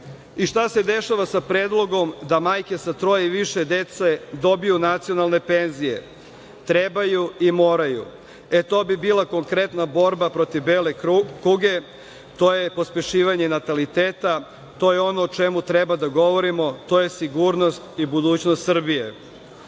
itd. Šta se dešava sa predlogom da majke sa troje i više dece dobiju nacionalne penzije? Trebaju i moraju. E, to bi bila konkretna borba protiv bele kuge, to je pospešivanje nataliteta, to je ono o čemu treba da govorimo, to je sigurnost i budućnost Srbije. Položaj